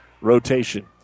rotation